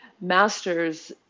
masters